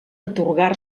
atorgar